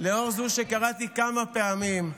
לאור זה שקראתי כמה פעמים,